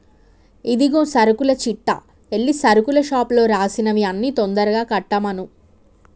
ఇదిగో సరుకుల చిట్టా ఎల్లి సరుకుల షాపులో రాసినవి అన్ని తొందరగా కట్టమను